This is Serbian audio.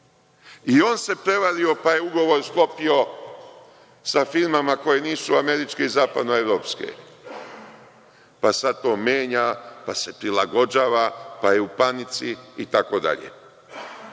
I on se prevario pa je ugovor sklopio sa firmama koje nisu američke i zapadno evropske, pa sad to menja, pa se prilagođava, pa je u panici, itd. Nije